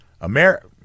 America